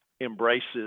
embraces